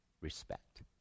respect